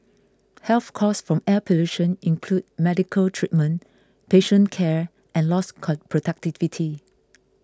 health costs from air pollution include medical treatment patient care and lost productivity